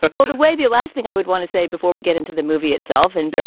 but well, the way the last thing i would want to say before we get into the movie itself and yeah